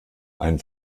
ein